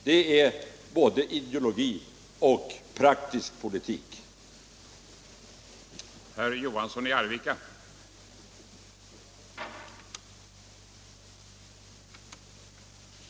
Detta är uttryck både för en klar ideologi och för praktisk politik och får utgöra svar även på herr Hagbergs i Borlänge frågor.